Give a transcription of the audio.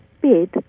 bid